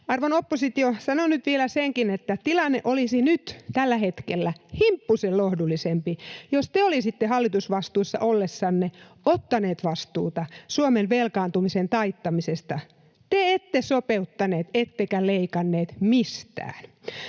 Arvon oppositio, sanon nyt vielä senkin, että tilanne olisi nyt tällä hetkellä himppusen lohdullisempi, jos te olisitte hallitusvastuussa ollessanne ottaneet vastuuta Suomen velkaantumisen taittamisesta. Te ette sopeuttaneet, ettekä leikanneet mistään.